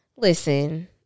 listen